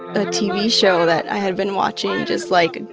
a tv show that i had been watching, just, like,